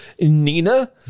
Nina